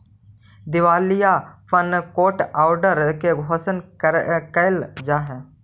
दिवालियापन court order से घोषित कैल जा हई